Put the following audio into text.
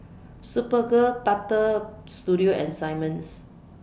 Superga Butter Studio and Simmons